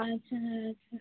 ଆଚ୍ଛା ଆଚ୍ଛା